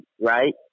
right